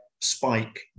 Spike